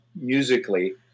musically